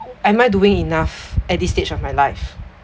am I doing enough at this stage of my life